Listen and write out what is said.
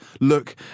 look